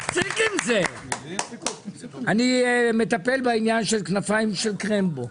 אני מטפל בעניין של כנפיים של קרמבו.